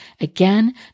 Again